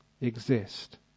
exist